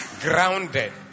Grounded